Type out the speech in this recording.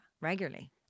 regularly